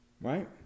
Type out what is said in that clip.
right